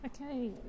Okay